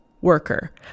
worker